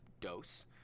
dose